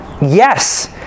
Yes